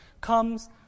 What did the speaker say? comes